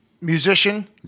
musician